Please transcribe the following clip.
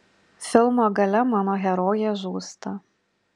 filmo gale mano herojė žūsta